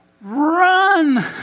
run